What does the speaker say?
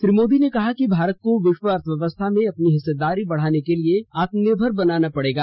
श्री मोदी ने कहा कि भारत को विश्व अर्थव्यवस्था में अपनी हिस्सेदारी बढ़ाने के लिए आत्मनिर्भर बनना पड़ेगा